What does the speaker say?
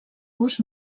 gust